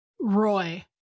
Roy